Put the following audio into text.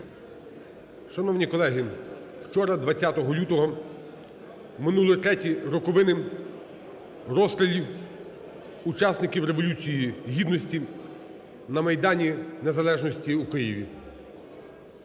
Шановні колеги, вчора, 20 лютого, минули треті роковини розстрілів учасників Революції Гідності на Майдані Незалежності у Києві.